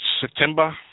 September